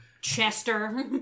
Chester